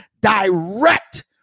direct